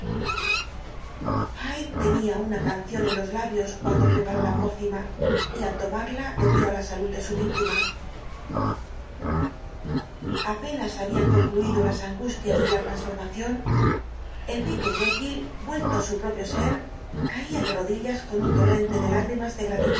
hyde tenía una canción en los labios cuando preparó la pócima y al tomarla bebió á la salud de su víctima apenas habían concluido las angustias de la transformación enrique jekyll vuel el dr jekyll to á su propio ser caía de rodillas con un torrente de lágrimas de